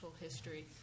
history